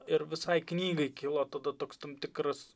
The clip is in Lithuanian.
ir visai knygai kilo tada toks tam tikras